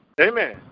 Amen